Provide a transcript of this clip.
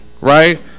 right